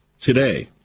Today